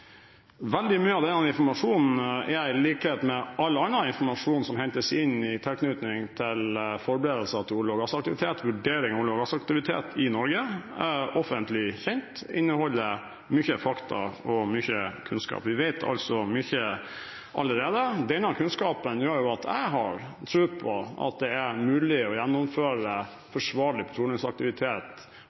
Veldig mye av den informasjonen er, i likhet med all annen informasjon som hentes inn i tilknytning til forberedelser til olje- og gassaktivitet, vurderinger av olje- og gassaktivitet i Norge, er offentlig kjent og inneholder mange fakta og mye kunnskap. Vi vet altså mye allerede. Denne kunnskapen gjør at jeg har tro på at det er mulig å gjennomføre forsvarlig petroleumsaktivitet